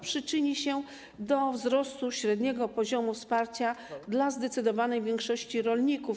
przyczyni się do wzrostu średniego poziomu wsparcia dla zdecydowanej większości rolników.